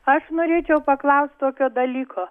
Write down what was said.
aš norėčiau paklaust tokio dalyko